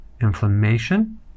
inflammation